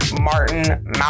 Martin